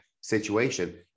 situation